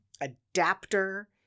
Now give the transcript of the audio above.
adapter